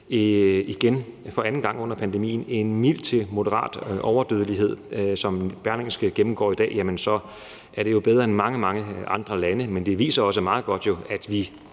igen, for anden gang under pandemien, en mild til moderat overdødelighed, som Berlingske gennemgår i dag. Det er jo bedre end i mange, mange andre lande, men det viser også meget godt, at vi